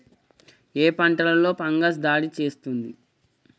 ఏ పంటలో ఫంగస్ దాడి చేస్తుంది?